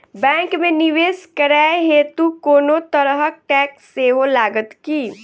Bank मे निवेश करै हेतु कोनो तरहक टैक्स सेहो लागत की?